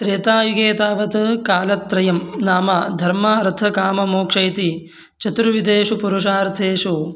त्रेतायुगे तावत् कालत्रयं नाम धर्मः अर्थः कामः मोक्षः इति चतुर्विधेषु पुरुषार्थेषु